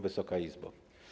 Wysoka Izbo!